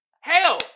Hell